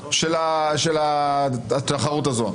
היתרונות של התחרות הזו.